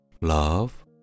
love